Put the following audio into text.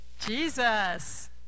Jesus